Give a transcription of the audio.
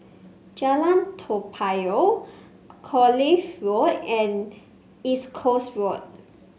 Jalan Toa Payoh Kloof Road and East Coast Road